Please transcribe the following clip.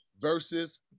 versus